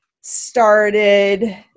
started